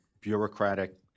bureaucratic